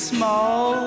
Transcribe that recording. Small